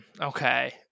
okay